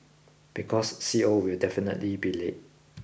because C O will definitely be late